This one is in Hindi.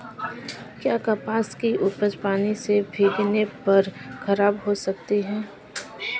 क्या कपास की उपज पानी से भीगने पर खराब हो सकती है?